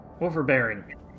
Overbearing